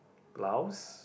blouse